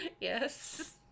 Yes